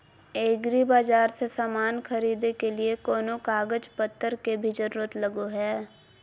एग्रीबाजार से समान खरीदे के लिए कोनो कागज पतर के भी जरूरत लगो है?